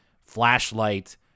flashlight